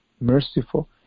merciful